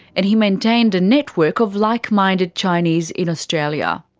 and he maintained a network of like-minded chinese in australia.